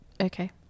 okay